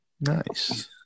Nice